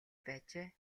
байжээ